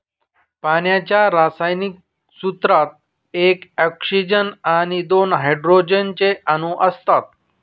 पाण्याच्या रासायनिक सूत्रात एक ऑक्सीजन आणि दोन हायड्रोजन चे अणु असतात